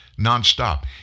nonstop